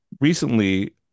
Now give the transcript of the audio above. recently